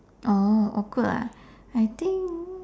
oh awkward ah I think